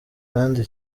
kandi